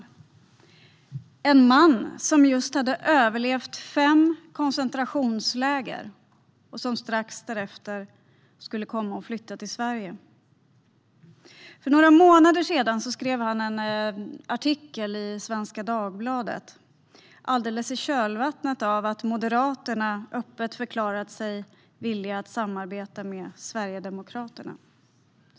Han var en man som just överlevt fem koncentrationsläger och strax därefter skulle komma att flytta till Sverige. För några månader sedan skrev han en artikel i Svenska Dagbladet, alldeles i kölvattnet av att Moderaterna öppet förklarat sig villiga att samarbeta med Sverigedemokraterna.